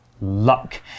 luck